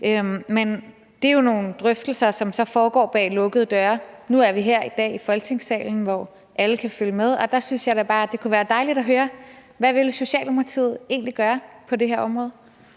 Men det er jo nogle drøftelser, som så foregår bag lukkede døre. Nu er vi her i dag i Folketingssalen, hvor alle kan følge med, og der synes jeg da bare, at det kunne være dejligt at høre: Hvad vil Socialdemokratiet egentlig gøre på det her område?